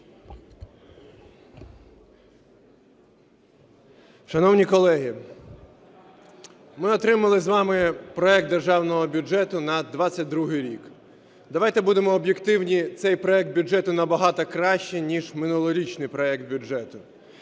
Шановні колеги, ми отримали з вами проект Державного бюджету на 2022 рік. Давайте будемо об'єктивні, цей проект бюджету набагато кращий ніж минулорічний проект бюджету,